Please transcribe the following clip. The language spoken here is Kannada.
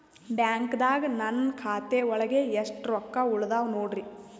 ಬ್ಯಾಂಕ್ದಾಗ ನನ್ ಖಾತೆ ಒಳಗೆ ಎಷ್ಟ್ ರೊಕ್ಕ ಉಳದಾವ ನೋಡ್ರಿ?